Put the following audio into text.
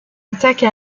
attaque